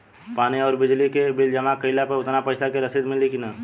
पानी आउरबिजली के बिल जमा कईला पर उतना पईसा के रसिद मिली की न?